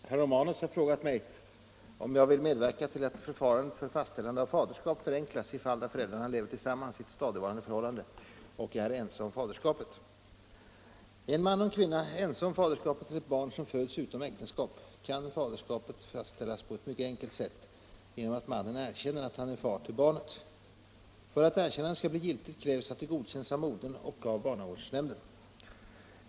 Herr talman! Herr Romanus har frågat mig om jag vill medverka till att förfarandet för fastställande av faderskap förenklas i fall där föräldrarna lever tillsammans i ett stadigvarande förhållande och är ense om faderskapet. Är en man och en kvinna ense om faderskapet till ett barn som föds utom äktenskap, kan faderskapet fastställas på ett mycket enkelt sätt genom att mannen erkänner att han är far till barnet. För att erkännandet skall bli giltigt krävs att det godkänns av modern och av barnavårdsnämnden.